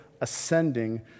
ascending